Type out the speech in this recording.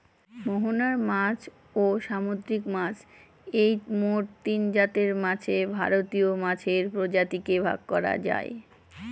মোহনার মাছ, ও সামুদ্রিক মাছ এই মোট তিনজাতের মাছে ভারতীয় মাছের প্রজাতিকে ভাগ করা যায়